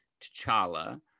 T'Challa